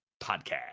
Podcast